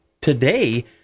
Today